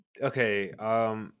okay